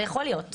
זה יכול להיות.